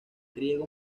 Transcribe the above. riego